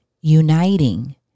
uniting